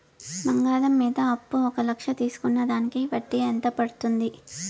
బంగారం మీద అప్పు ఒక లక్ష తీసుకున్న దానికి వడ్డీ ఎంత పడ్తుంది?